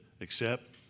accept